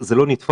זה לא נתפס.